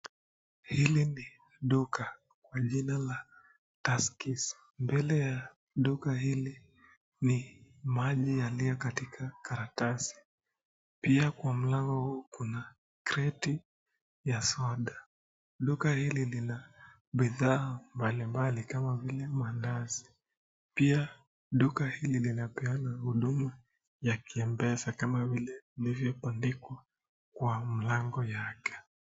Hili ni duka kwa jina la Tuskys, mbele ya duka hili ni maji yaliyo katika karatasi pia kwa mlango huu kuna kreti ya soda. Duka hili lina bidhaa mbali mbali kama vile mandazi pia duka hili linapeana huduma ya kiempesa kamailivyo andikwa kwa mlango yake.